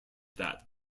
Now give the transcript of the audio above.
that